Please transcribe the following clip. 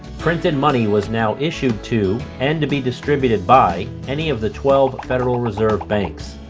printed money was now issued to, and to be distributed by, any of the twelve federal reserve banks.